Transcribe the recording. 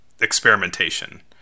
experimentation